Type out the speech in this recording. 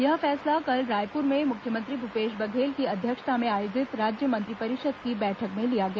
यह फैसला कल रायपुर में मुख्यमंत्री भूपेश बघेल की अध्यक्षता में आयोजित राज्य मंत्रिपरिषद की बैठक में लिया गया